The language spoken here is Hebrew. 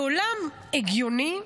בעולם הגיוני,